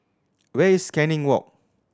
where is Canning Walk